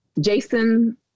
Jason